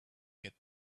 get